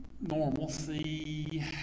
normalcy